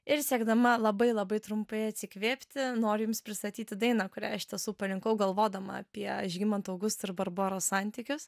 ir siekdama labai labai trumpai atsikvėpti noriu jums pristatyti dainą kurią iš tiesų parinkau galvodama apie žygimanto augusto ir barboros santykius